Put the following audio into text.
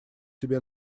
себе